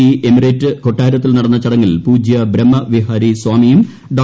E എമിറേറ്റിന് കൊട്ടാരത്തിൽ നടന്ന ചടങ്ങിൽ പൂജ്യ ബ്രഹ്മവിഹാരി സ്വാമിയും ഡോ